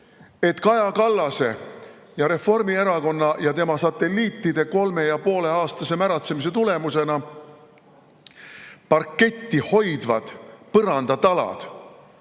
et Kaja Kallase, Reformierakonna ja tema satelliitide kolme ja poole aastase märatsemise tulemusena on parketti hoidvad põrandatalad